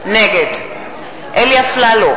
נגד אלי אפללו,